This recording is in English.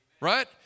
Right